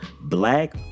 black